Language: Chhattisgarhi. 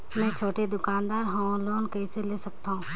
मे छोटे दुकानदार हवं लोन कइसे ले सकथव?